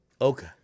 Okay